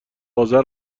آذر